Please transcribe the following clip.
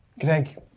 Greg